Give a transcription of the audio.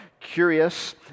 Curious